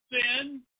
sin